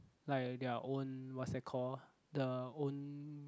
like their own what's that called the own